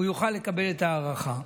הוא יוכל לקבל את ההארכה.